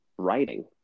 writing